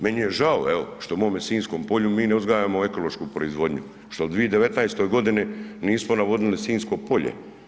Meni je žao evo što u mome Sinjskom polju mi ne uzgajamo ekološku proizvodnju, što u 2019. godini nismo navodnili Sinjsko polje.